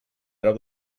trau